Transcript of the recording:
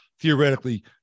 theoretically